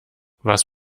was